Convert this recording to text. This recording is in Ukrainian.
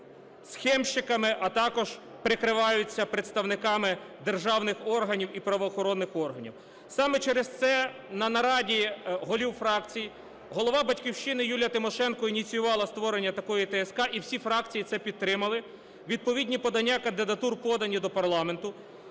схемщиками, а також прикриваються представниками державних органів і правоохоронних органів. Саме через це на нараді голів фракцій голова "Батьківщини" Юлія Тимошенко ініціювала створення такої ТСК, і всі фракції це підтримали. Відповідні подання кандидатур подані до парламенту.